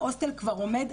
ההוסטל כבר עומד,